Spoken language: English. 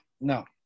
No